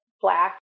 Black